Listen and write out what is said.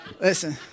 listen